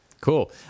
Cool